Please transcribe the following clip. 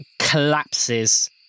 collapses